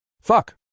Fuck